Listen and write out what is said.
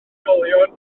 ysgolion